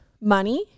money